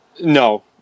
No